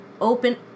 open